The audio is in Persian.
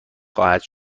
خواهد